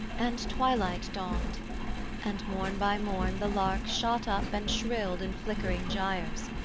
and twilight dawned and morn by morn the lark shot up and shrilled in flickering gyres,